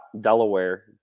Delaware